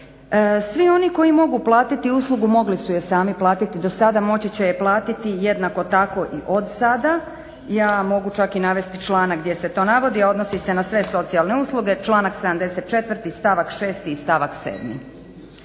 Svi oni koji mogu platiti uslugu mogli su je sami platiti do sada, moći će je platiti jednako tako i od sada. Ja mogu čak i navesti članak gdje se to navodi, a odnosi se na sve socijalne usluge, članak 74. stavak 6. i stavak 7.